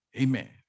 Amen